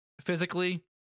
physically